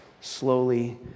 slowly